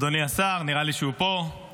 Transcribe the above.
אדוני השר נראה לי שהוא פה,